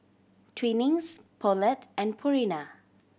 Twinings Poulet and Purina